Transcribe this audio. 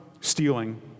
stealing